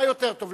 מה יותר טוב,